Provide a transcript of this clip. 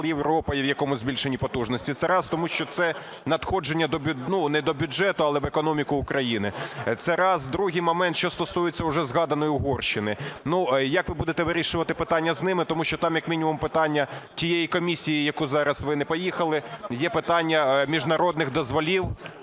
"Ямал-Європа", в якому збільшені потужності. Це раз. Тому що це надходження не до бюджету, але в економіку України. Це раз. Другий момент, що стосується вже згаданої Угорщини. Як ви будете вирішувати питання з ними, тому що там як мінімум питання тієї комісії, в яку зараз ви не поїхали, є питання міжнародних дозволів